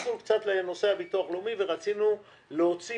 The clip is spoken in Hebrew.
נכנסנו קצת לנושא הביטוח הלאומי ורצינו להוציא